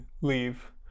leave